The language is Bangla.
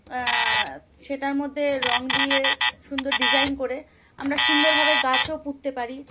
সেটার মধ্যে রঙ দিয়ে সুন্দর ডিজাইন করে আমরা সুন্দরভাবে গাছও পুততে পারি